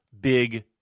big